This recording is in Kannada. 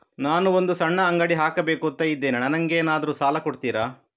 ನಾನು ಒಂದು ಸಣ್ಣ ಅಂಗಡಿ ಹಾಕಬೇಕುಂತ ಇದ್ದೇನೆ ನಂಗೇನಾದ್ರು ಸಾಲ ಕೊಡ್ತೀರಾ?